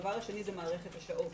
הדבר השני הוא מערכת השעות.